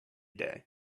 day